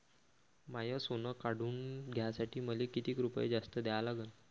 माय सोनं काढून घ्यासाठी मले कितीक रुपये जास्त द्या लागन?